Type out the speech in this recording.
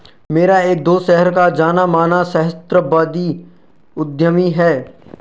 मेरा एक दोस्त शहर का जाना माना सहस्त्राब्दी उद्यमी है